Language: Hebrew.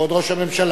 כבוד ראש הממשלה.